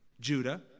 Judah